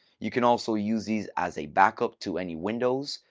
you can also use these as a backup to any windows.